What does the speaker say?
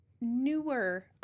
newer